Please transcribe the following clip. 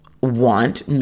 want